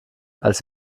als